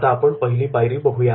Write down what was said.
आता आपण पहिली पायरी बघूया